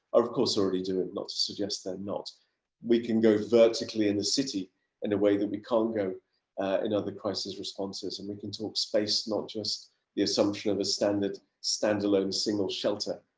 of course, already doing. not to suggest that not we can go vertically in the city in a way that we can't go in other crisis responses. and we can talk space, not just the assumption of a standard standalone single shelter,